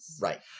Right